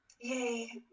Yay